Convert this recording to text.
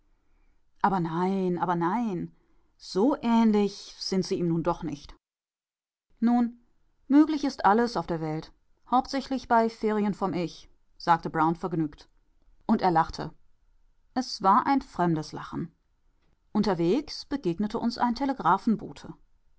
aber nein aber nein so ähnlich sind sie ihm nun doch nicht nun möglich ist alles auf der welt hauptsächlich bei ferien vom ich sagte brown vergnügt und er lachte es war ein fremdes lachen unterwegs begegnete uns ein